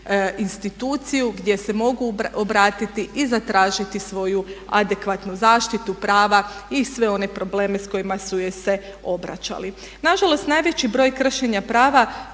instituciju gdje se mogu obratiti i zatražiti svoju adekvatnu zaštitu prava i sve one probleme s kojima su joj se obraćali. Nažalost, najveći broj kršenja prava